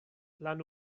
lan